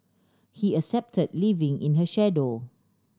he accepted living in her shadow